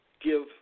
give